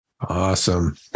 Awesome